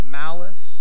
malice